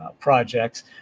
projects